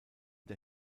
der